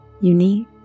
Unique